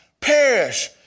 perish